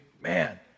man